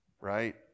right